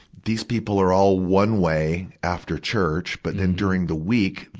these people are all one way after church, but then during the week,